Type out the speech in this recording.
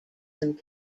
some